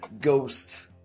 Ghost